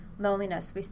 loneliness